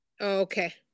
Okay